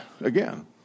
again